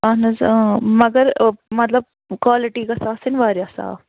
اَہَن حظ مگر مطلب کالٹی گٔژھ آسٕنۍ وارِیاہ صاف